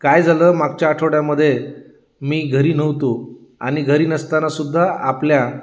काय झालं मागच्या आठवड्यामध्ये मी घरी नव्हतो आणि घरी नसताना सुद्धा आपल्या